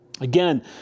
Again